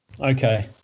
Okay